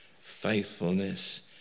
faithfulness